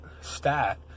stat